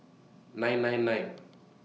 nine nine nine